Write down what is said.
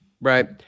Right